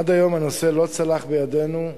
ועד היום הנושא לא צלח בידנו,